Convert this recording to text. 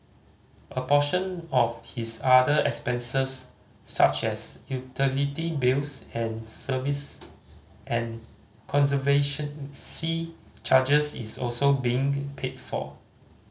a portion of his other expenses such as utility bills and service and charges is also being paid for